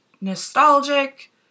nostalgic